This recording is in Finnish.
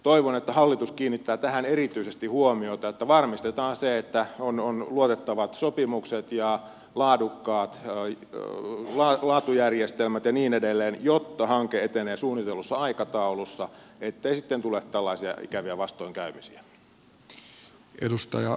toivon että hallitus kiinnittää erityisesti huomiota siihen että varmistetaan että on luotettavat sopimukset ja laatujärjestelmät ja niin edelleen jotta hanke etenee suunnitellussa aikataulussa ja ettei sitten tule tällaisia ikäviä vastoinkäymisiä